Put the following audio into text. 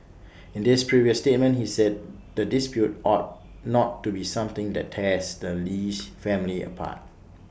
in this previous statement he said the dispute ought not to be something that tears the Lee's family apart